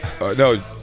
no